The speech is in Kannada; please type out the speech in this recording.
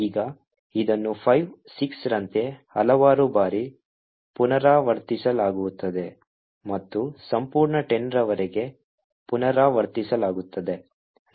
ಈಗ ಇದನ್ನು 5 6 ರಂತೆ ಹಲವಾರು ಬಾರಿ ಪುನರಾವರ್ತಿಸಲಾಗುತ್ತದೆ ಮತ್ತು ಸಂಪೂರ್ಣ 10 ರವರೆಗೆ ಪುನರಾವರ್ತಿಸಲಾಗುತ್ತದೆ